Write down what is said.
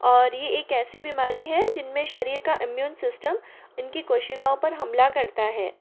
और ये एक ऐसी बीमारी है जिन में शरीर का इम्यून सिस्टम इनकी कोशिकाओं पर हमला करता है